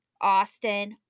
Austin